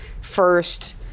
first